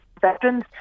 veterans